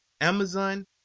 Amazon